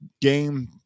game